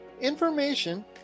information